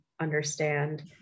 understand